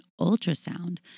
ultrasound